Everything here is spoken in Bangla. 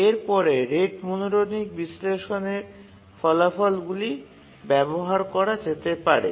এর পরে রেট মনোটনিক বিশ্লেষণের ফলাফলগুলি ব্যবহার করা যেতে পারে